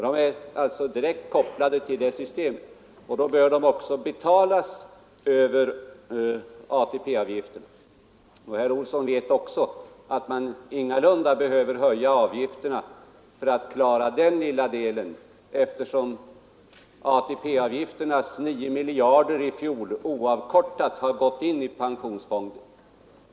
De är alltså direkt kopplade till det systemet. Då bör de också betalas över ATP-avgifterna. Herr Olsson vet också att man ingalunda behöver höja avgifterna för att klara den lilla delen eftersom ATP-avgifternas 9 miljarder i fjol oavkortat har gått in i pensionsfonden.